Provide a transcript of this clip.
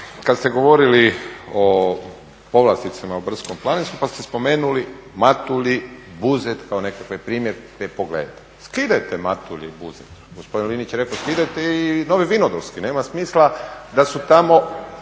kad ste govorili o povlasticama u brdsko-planinskom, pa ste spomenuli Matulji, Buzet kao nekakve primjere pogledajte. Skidajte Matulji i Buzet, gospodin Linić je rekao skidajte i Novi Vinodolski. Nema smisla da su tamo